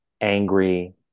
angry